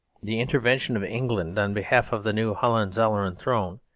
the intervention of england on behalf of the new hohenzollern throne,